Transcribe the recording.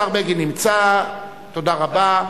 תודה רבה.